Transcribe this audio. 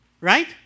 right